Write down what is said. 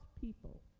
people